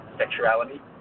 sexuality